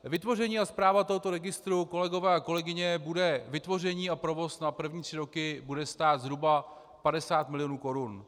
Vytvoření a správa tohoto registru, kolegové a kolegyně, vytvoření a provoz na první tři roky bude stát zhruba 50 mil. Kč.